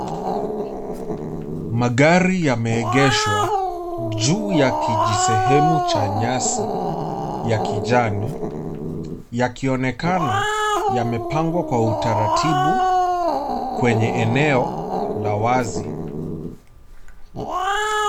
Magari yameegeshwa juu ya kijisehemu cha nyasi ya kijani yakionekana yamepangwa kwa utaratibu kwenye eneo la wazi.